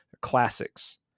Classics